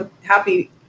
happy